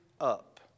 up